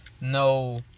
no